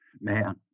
Man